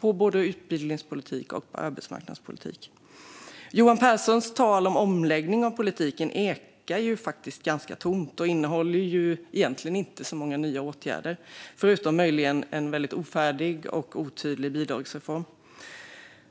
på både utbildningspolitik och arbetsmarknadspolitik. Johan Pehrsons tal om en omläggning av politiken ekar faktiskt ganska tomt och innehåller egentligen inte så många nya åtgärder, förutom möjligen en väldigt ofärdig och otydlig bidragsreform.